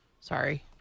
sorry